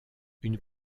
une